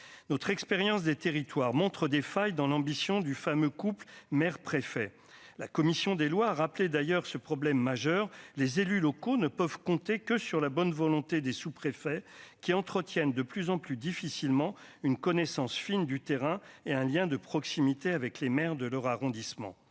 notre expérience des territoires montre des failles dans l'ambition du fameux couple mère préfet la commission des lois, rappelé d'ailleurs ce problème majeur, les élus locaux ne peuvent compter que sur la bonne volonté des sous-préfets qui entretiennent de plus en plus difficilement une connaissance fine du terrain et un lien de proximité avec les maires de leur arrondissement